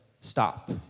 stop